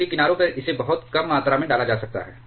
जबकि किनारों पर इसे बहुत कम मात्रा में डाला जा सकता है